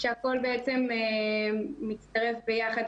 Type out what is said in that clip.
שהכול בעצם מצטרף ביחד.